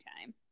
time